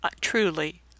Truly